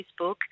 Facebook